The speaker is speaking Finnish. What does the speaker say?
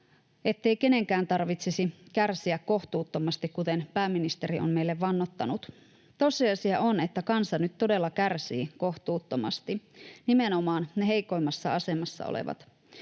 ettei kenenkään tarvitsisi kärsiä kohtuuttomasti, kuten pääministeri on meille vannonut. Tosiasia on, että kansa nyt todella kärsii kohtuuttomasti, nimenomaan ne heikoimmassa asemassa olevat.